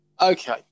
Okay